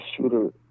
shooter